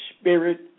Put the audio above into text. spirit